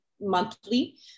monthly